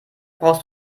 brauchst